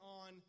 on